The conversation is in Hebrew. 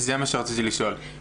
זה מה שרציתי לשאול.